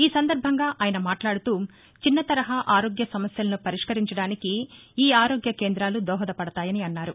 ఈ సందర్బంగా ఆయన మాట్లాడుతూచిన్న తరహా ఆరోగ్య సమస్యలను పరిష్కరించడానికి ఈ ఆరోగ్య కేంద్రాలు దోహదపడతాయని అన్నారు